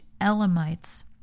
Elamites